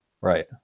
Right